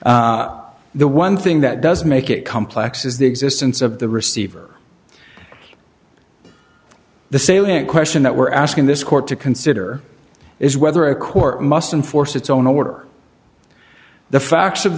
complex the one thing that does make it complex is the existence of the receiver the salient question that we're asking this court to consider is whether a court must enforce its own order the facts of